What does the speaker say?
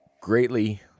greatly